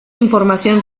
información